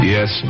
Yes